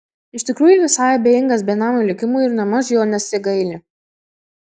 iš tikrųjų visai abejingas benamio likimui ir nėmaž jo nesigaili